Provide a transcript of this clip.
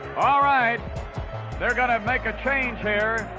all right. they're going to make a change here.